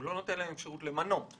הוא לא נותן להם אפשרות למנות.